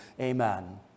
Amen